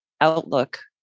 outlook